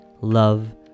love